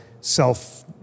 self